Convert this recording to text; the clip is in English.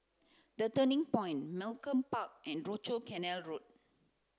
the Turning Point Malcolm Park and Rochor Canal Road